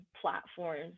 platforms